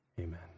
Amen